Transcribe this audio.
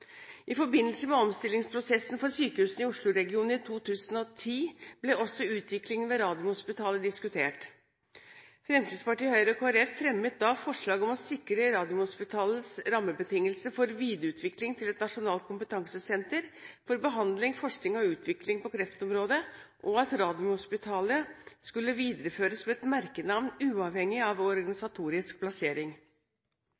I forbindelse med omstillingsprosessen for sykehusene i Oslo-regionen i 2010 ble også utviklingen ved Radiumhospitalet diskutert. Fremskrittspartiet, Høyre og Kristelig Folkeparti fremmet da forslag om å sikre Radiumhospitalet rammebetingelser for videreutvikling til et nasjonalt kompetansesenter for behandling, forskning og utvikling på kreftområdet, og at Radiumhospitalet skulle videreføres som et merkenavn uavhengig av